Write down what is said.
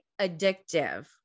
addictive